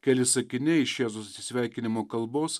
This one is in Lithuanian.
keli sakiniai iš jėzaus atsisveikinimo kalbos